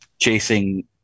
chasing